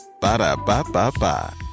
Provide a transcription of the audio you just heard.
Ba-da-ba-ba-ba